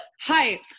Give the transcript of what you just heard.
hi